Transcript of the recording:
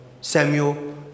Samuel